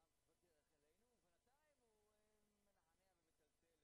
15:07 ונתחדשה בשעה 20:00.) חברי הכנסת,